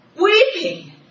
weeping